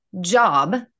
job